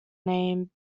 name